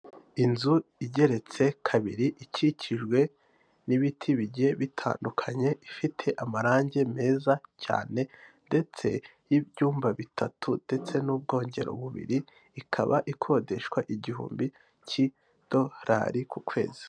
Inzu iri ku isoko igurishwa nziza iri kimironko i Kigali isa umweru ikaba ikikijwe n'amakaro n'ibirahuri ikaba ifite amapave ashashe hasi n'indabyo ziteye ku ruhande.